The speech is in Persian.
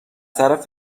طرف